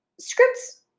Scripts